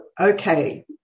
okay